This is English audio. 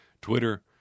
Twitter